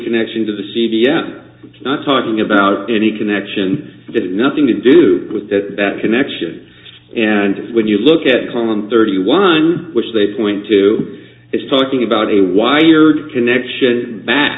connection to the c d s not talking about any connection did nothing to do with that connection and when you look at thirty one which they point to is talking about a wired connection back